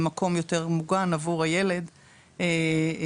ומקום יותר מוגן עבור הילד יונתן,